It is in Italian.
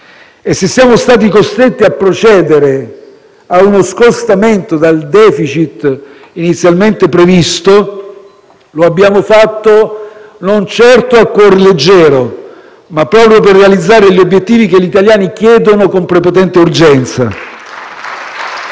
E se siamo stati costretti a procedere a uno scostamento dal *deficit* inizialmente previsto, lo abbiamo fatto non certo a cuor leggero, ma proprio per realizzare gli obiettivi che gli italiani chiedono con prepotente urgenza.